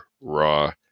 raw